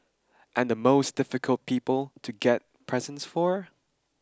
and the most difficult people to get presents for